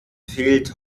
fehlt